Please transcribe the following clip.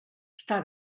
està